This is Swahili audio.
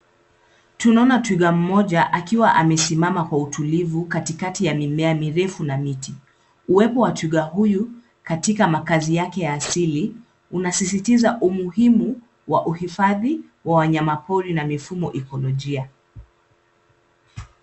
Tunaona twiga mmoja akiwa amesimama kwa utulifu katikati ya mimea mirefu na miti uwepo wa twiga huyu katika makasi yake ya hasili unasisitisa umuhimu wa uifadhi wa wanyama pori na mifumo ipolojia.